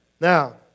Now